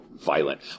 violent